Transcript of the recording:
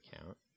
account